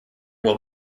will